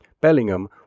Bellingham